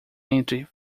entre